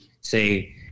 say